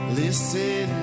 listen